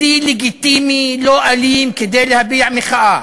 כלי לגיטימי, לא אלים, כדי להביע מחאה.